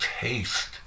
taste